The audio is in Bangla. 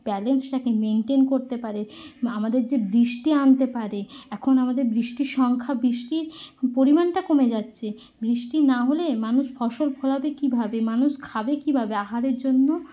ব্যালেন্সটাকে মেনটেন করতে পারে আমাদের যে বৃষ্টি আনতে পারে এখন আমাদের বৃষ্টির সংখ্যা বৃষ্টি পরিমাণটা কমে যাচ্ছে বৃষ্টি না হলে মানুষ ফসল ফলাবে কিভাবে মানুষ খাবে কিভাবে আহারের জন্য